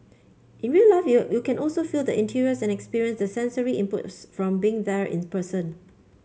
in real life you you can also feel the interiors and experience the sensory inputs from being there in person